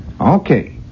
Okay